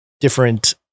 different